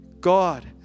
god